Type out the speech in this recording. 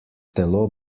telo